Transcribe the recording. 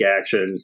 action